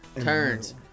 Turns